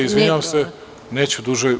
Izvinjavam se, neću duže.